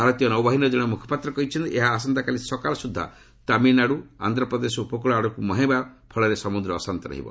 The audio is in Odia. ଭାରତୀୟ ନୌବାହିନୀର ଜଣେ ମୁଖପାତ୍ର କହିଛନ୍ତି ଏହା ଆସନ୍ତାକାଲି ସକାଳ ସୁଦ୍ଧା ତାମିଲନାଡୁ ଆନ୍ଧ୍ରପ୍ରଦେଶ ଉପକୂଳ ଆଡ଼କୁ ମୁହାଁଇବ ଫଳରେ ସମୁଦ୍ର ଅଶାନ୍ତ ରହିବ